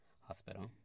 hospital